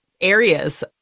areas